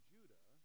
Judah